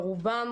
ורובם,